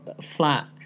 flat